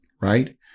right